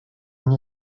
nie